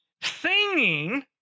Singing